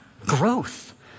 growth